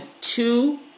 two